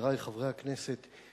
חברי חברי הכנסת,